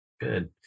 Good